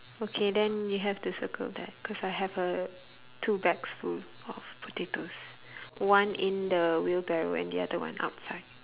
okay then you have to circle that cause I have uh two bags full of potatoes one in the wheelbarrow and the other one outside